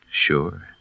Sure